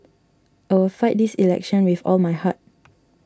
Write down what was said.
I will fight this election with all my heart